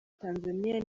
tanzania